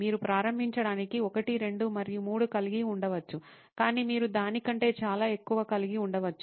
మీరు ప్రారంభించడానికి 1 2 మరియు 3 కలిగి ఉండవచ్చు కానీ మీరు దాని కంటే చాలా ఎక్కువ కలిగి ఉండవచ్చు